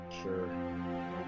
Sure